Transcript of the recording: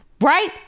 right